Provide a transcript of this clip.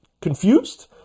confused